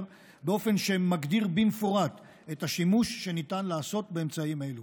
באופן שמגדיר במפורט את השימוש שניתן לעשות באמצעים אלו.